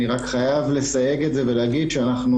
אני רק חייב לסייג ולהגיד שאנחנו